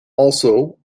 also